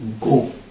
go